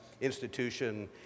institution